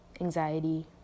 anxiety